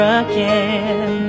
again